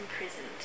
imprisoned